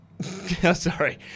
Sorry